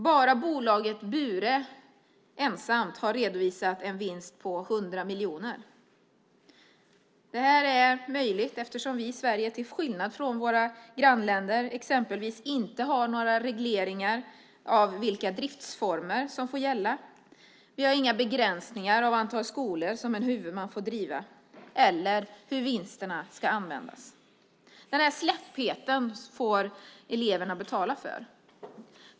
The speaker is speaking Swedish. Bara bolaget Bure har redovisat en vinst på 100 miljoner. Detta är möjligt eftersom vi i Sverige, till skillnad från våra grannländer, exempelvis inte har några regleringar av vilka driftsformer som får gälla. Vi har inga begränsningar av antal skolor som en huvudman får driva eller hur vinsterna ska användas. Den här slappheten får eleverna betala för.